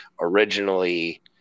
originally